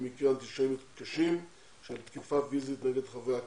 מקרי אנטישמיות קשים של תקיפה פיזית נגד חברי הקהילה.